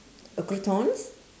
uh croutons